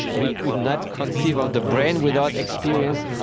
we would not conceive of the brain without experience.